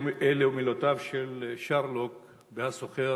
אלו מילותיו של שיילוק ב"הסוחר